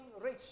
rich